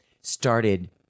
started